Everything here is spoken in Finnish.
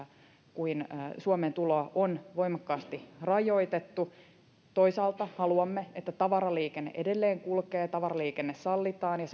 kuin suomeen tuloa on voimakkaasti rajoitettu toisaalta haluamme että tavaraliikenne edelleen kulkee tavaraliikenne sallitaan ja